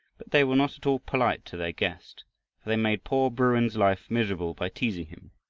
they were not at all polite to their guest, for they made poor bruin's life miserable by teasing him.